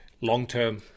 long-term